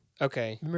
Okay